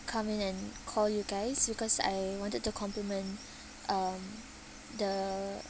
come in and call you guys because I wanted to compliment um the